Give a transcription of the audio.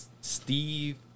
Steve